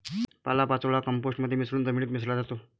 पालापाचोळा कंपोस्ट मध्ये मिसळून जमिनीत मिसळला जातो